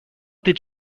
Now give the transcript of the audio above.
did